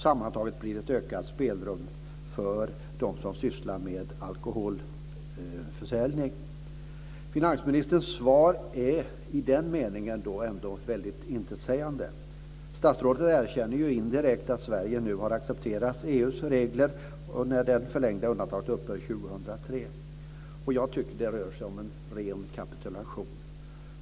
Sammantaget blir det ett ökat spelrum för dem som sysslar med alkoholförsäljning. Finansministerns svar är i den meningen väldigt intetsägande. Statsrådet erkänner ju indirekt att Sverige nu har accepterat EU:s regler när det förlängda undantaget upphör 2003. Jag tycker att det rör sig om en ren kapitulation.